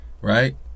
right